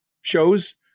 shows